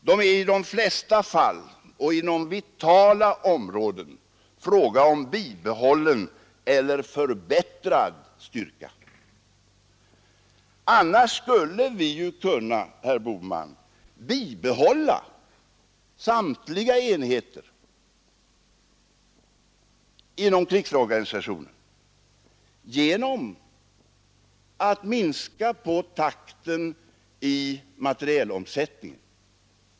Det är i de flesta fall och inom vitala områden fråga om en bibehållen eller förbättrad styrka. Annars skulle vi ju, herr Bohman, kunna bibehålla samtliga enheter inom krigsorganisationen genom att minska takten i materielomsättningen.